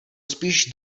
spíš